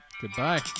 goodbye